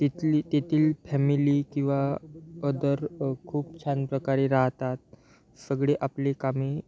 तिथली तेथील फॅमिली किंवा अदर खूप छान प्रकारे राहतात सगळे आपले कामे